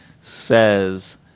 says